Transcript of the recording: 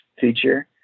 feature